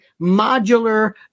modular